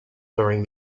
during